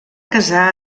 casar